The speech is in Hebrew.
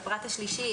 בפרט השלישי,